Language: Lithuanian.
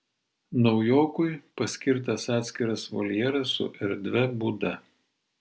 naujokui paskirtas atskiras voljeras su erdvia būda